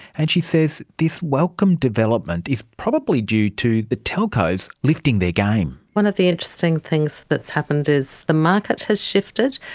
and she says this welcome development is probably due to the telcos lifting their game. one of the interesting things that has happened is the market has shifted.